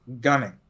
gunning